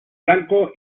blanco